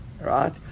right